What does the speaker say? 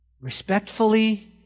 respectfully